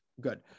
good